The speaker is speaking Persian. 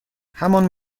همان